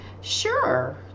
sure